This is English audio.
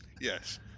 yes